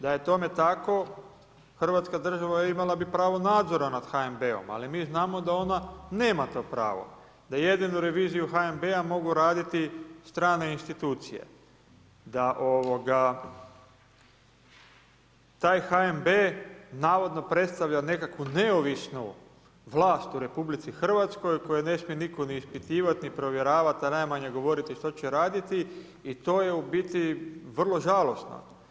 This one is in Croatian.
Da je tome tako Hrvatska država bi imala pravo nadzora nad HNB-om, ali mi znamo da nema to pravo, da jedinu reviziju HNB-a mogu raditi strane institucije, da taj HNB navodno predstavlja nekakvu neovisnu vlast u RH koju nitko ne smije ni ispitivati i provjeravati, a najmanje govoriti što će raditi i to je u biti vrlo žalosno.